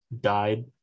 died